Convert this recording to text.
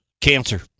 Cancer